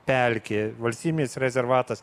pelkė valstybinis rezervatas